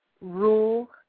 rule